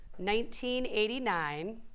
1989